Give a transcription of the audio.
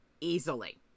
easily